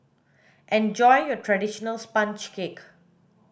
enjoy your traditional sponge cake